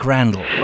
Randall